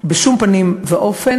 בשום פנים ואופן,